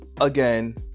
again